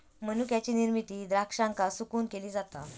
मनुक्याची निर्मिती द्राक्षांका सुकवून केली जाता